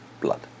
blood